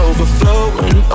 Overflowing